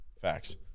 Facts